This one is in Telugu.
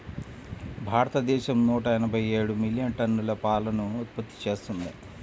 భారతదేశం నూట ఎనభై ఏడు మిలియన్ టన్నుల పాలను ఉత్పత్తి చేస్తున్నది